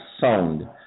sound